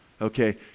okay